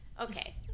Okay